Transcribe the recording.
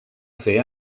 fer